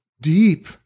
deep